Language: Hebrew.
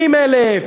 20,000,